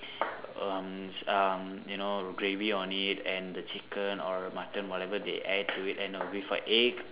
um um you know gravy on it and the chicken or mutton whatever they add to it with a egg